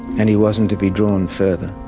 and he wasn't to be drawn further.